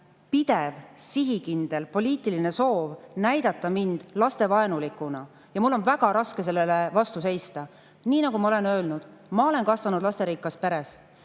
pidev sihikindel poliitiline soov näidata mind lastevaenulikuna, ja mul on väga raske sellele vastu seista. Nii nagu ma olen öelnud, ma olen kasvanud lasterikkas peres.